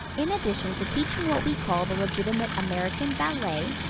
in addition to teaching what we call the legitimate american ballet,